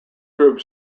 group